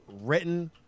written